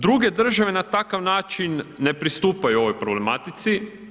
Druge države na takav način ne pristupaju ovoj problematici.